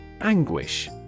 Anguish